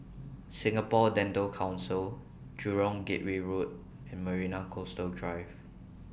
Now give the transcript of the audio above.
Singapore Dental Council Jurong Gateway Road and Marina Coastal Drive